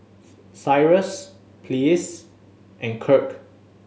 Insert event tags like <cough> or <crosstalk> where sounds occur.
<unintelligible> Cyrus Pleas and Kirk